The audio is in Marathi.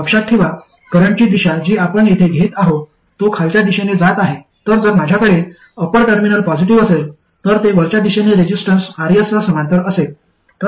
लक्षात ठेवा करंटची दिशा जी आपण येथे घेत आहो तो खालच्या दिशेने जात आहे तर जर माझ्याकडे अपर टर्मिनल पॉझिटिव्ह असेल तर ते वरच्या दिशेने रेसिस्टन्स Rs सह समांतर असेल